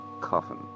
coffin